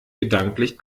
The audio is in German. gedanklich